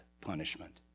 punishment